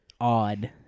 odd